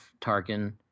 Tarkin